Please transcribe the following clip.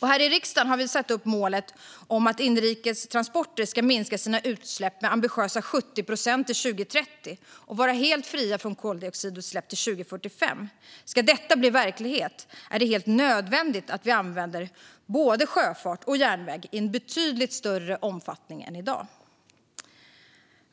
Här i riksdagen har vi satt upp målet om att de inrikes transporterna ska minska sina utsläpp med ambitiösa 70 procent till 2030 och vara helt fria från koldioxidutsläpp till 2045. Ska detta bli verklighet är det helt nödvändigt att vi använder både sjöfart och järnväg i betydligt större omfattning än i dag.